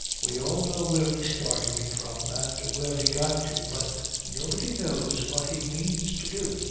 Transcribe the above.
we all know where he started from and where he got to but nobody knows what he means to do.